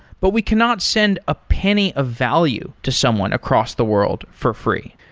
but we cannot send a penny of value to someone across the world for free.